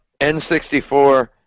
N64